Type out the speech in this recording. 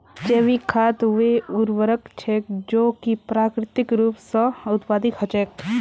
जैविक खाद वे उर्वरक छेक जो कि प्राकृतिक रूप स उत्पादित हछेक